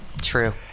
True